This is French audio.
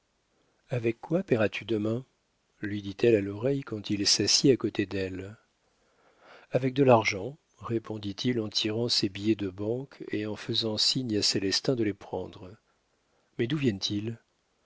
avec quoi paieras tu demain lui dit-elle à l'oreille quand il s'assit à côté d'elle avec de l'argent répondit-il en tirant ses billets de banque et en faisant signe à célestin de les prendre mais d'où viennent-ils